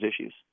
issues